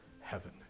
heaven